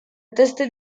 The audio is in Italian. teste